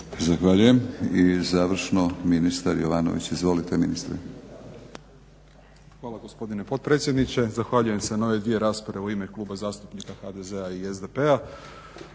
Zahvaljujem. I završno ministar Jovanović. Izvolite ministre.